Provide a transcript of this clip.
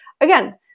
again